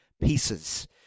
pieces